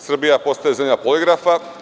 Srbija postaje zemlja poligrafa.